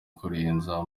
kurenza